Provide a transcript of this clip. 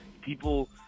People